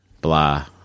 blah